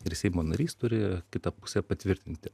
ir seimo narys turi kitą pusę patvirtinti